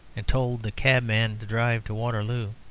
and told the cabman to drive to waterloo.